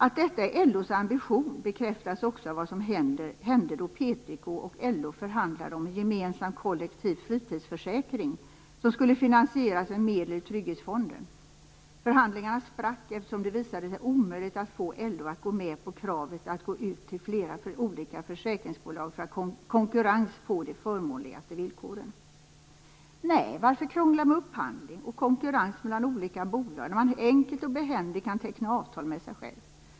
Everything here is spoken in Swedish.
Att detta är LO:s ambition bekräftas också av vad som hände då PTK och LO förhandlade om en gemensam kollektiv fritidsförsäkring som skulle finansieras med medel ur trygghetsfonden. Förhandlingarna sprack eftersom det visade sig omöjligt att få LO att gå med på kravet att gå ut till flera olika försäkringsbolag för att i konkurrens få de förmånligaste villkoren. Nej, varför krångla med upphandling och konkurrens mellan olika bolag när man enkelt och behändigt kan teckna avtal med sig själv?